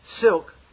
silk